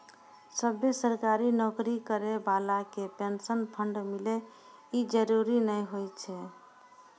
सभ्भे सरकारी नौकरी करै बाला के पेंशन फंड मिले इ जरुरी नै होय छै